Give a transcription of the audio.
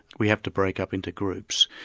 we have to break up into groups.